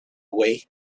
away